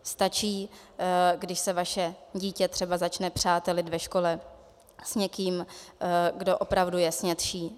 Stačí, když se vaše dítě třeba začne přátelit ve škole s někým, kdo opravdu je snědší.